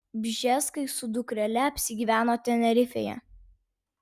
bžeskai su dukrele apsigyveno tenerifėje